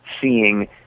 seeing